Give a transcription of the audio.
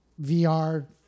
VR